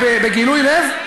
בגילוי לב,